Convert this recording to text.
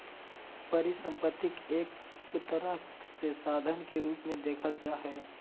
परिसम्पत्ति के एक तरह से साधन के रूप मे देखल जा हय